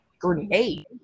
grenade